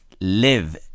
live